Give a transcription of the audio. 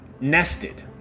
nested